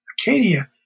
Acadia